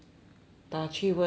打去问他们